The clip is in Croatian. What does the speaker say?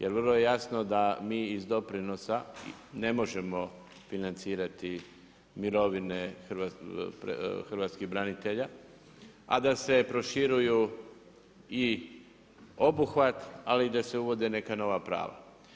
Jer vrlo je jasno da mi iz doprinosa ne možemo financirati mirovine hrvatskih branitelja a da se proširuju i obuhvat ali i da se uvode neka nova prava.